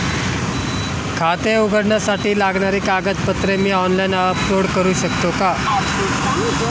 खाते उघडण्यासाठी लागणारी कागदपत्रे मी ऑनलाइन अपलोड करू शकतो का?